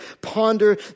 ponder